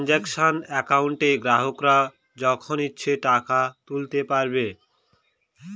transaction একাউন্টে গ্রাহকরা যখন ইচ্ছে টাকা তুলতে পারবে